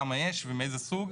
כמה יש ומאיזה סוג.